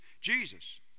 Jesus